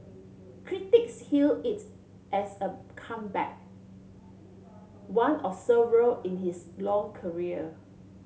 critics hail it as a comeback one of several in his long career